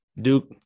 Duke